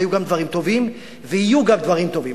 היו גם דברים טובים ויהיו גם דברים טובים.